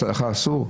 לך אסור?